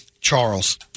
Charles